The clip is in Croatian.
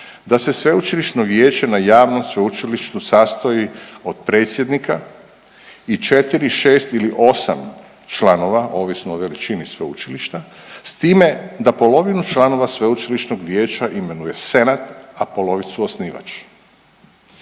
da se sveučilišno vijeće na javnom sveučilištu sastoji od predsjednika i 4, 6 ili 8 članova ovisno o veličini sveučilišta s time da polovinu članova sveučilišnog vijeća imenuje senat, a polovicu osnivač.